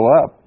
up